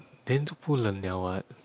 then 就不冷 liao what